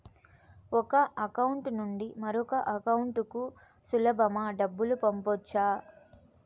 ఒక అకౌంట్ నుండి మరొక అకౌంట్ కు సులభమా డబ్బులు పంపొచ్చా